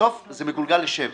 בסוף זה מגולגל לשבע.